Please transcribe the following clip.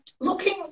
Looking